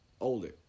Older